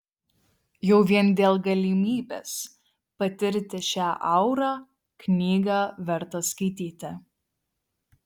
jau vien dėl galimybės patirti šią aurą knygą verta skaityti